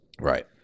Right